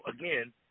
again